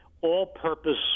all-purpose